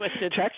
Text